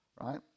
right